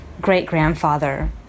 great-grandfather